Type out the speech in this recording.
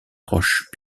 roche